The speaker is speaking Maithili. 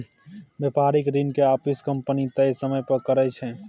बेपारिक ऋण के आपिस कंपनी तय समय पर करै छै